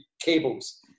cables